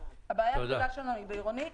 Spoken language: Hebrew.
הבעיה הגדולה שלנו היא בעירוני,